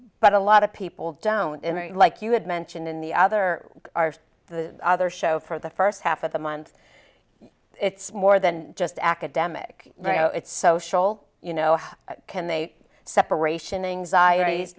but a lot of people down like you had mentioned in the other the other show for the first half of the month it's more than just academic it's social you know how can they separation anxiety